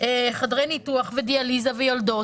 חדרי ניתוח ודיאליזה ויולדות